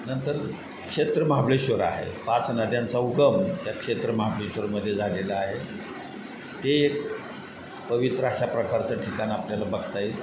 नंतर क्षेत्र महाबळेश्वर आहे पाच नद्यांचा उगम त्या क्षेत्र महाबळेश्वरमध्ये झालेला आहे ते एक पवित्र अशा प्रकारचं ठिकाण आपल्याला बघता येईल